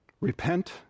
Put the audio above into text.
repent